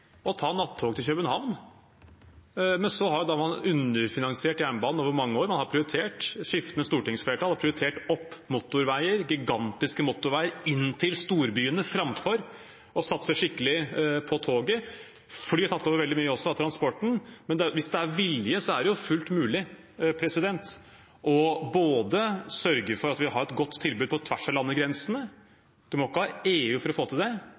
ta nattog til København, men så har man underfinansiert jernbanen over mange år. Skiftende stortingsflertall har prioritert opp motorveier, gigantiske motorveier inn til storbyene framfor å satse skikkelig på toget. Fly har også tatt over veldig mye av transporten. Men hvis det er vilje, er det fullt mulig både å sørge for at vi har et godt tilbud på tvers av landegrensene – man må ikke ha EU for å få til det,